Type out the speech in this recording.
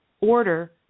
order